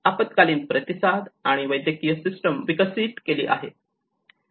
आपत्कालीन प्रतिसाद आणि वैद्यकीय सिस्टीम विकसित केली आहे